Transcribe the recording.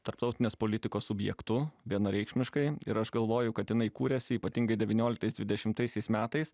tarptautinės politikos subjektu vienareikšmiškai ir aš galvoju kad jinai kūrėsi ypatingai devynioliktais dvidešimtaisiais metais